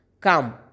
Come